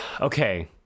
Okay